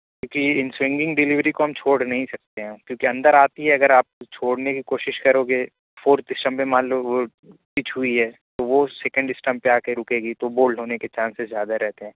کیونکہ ان swinging delivery کو ہم چھوڑ نہیں سکتے ہیں کیونکہ اندر آتی ہے اگر آپ چھوڑنے کی کوشش کرو گے فورتھ اسٹمپ پہ مان لو وہ کچ ہوئی ہے تو وہ سیکنڈ اسٹمپ پہ آ کے رکے گی تو بولڈ ہونے کے چانسز زیادہ رہتے ہیں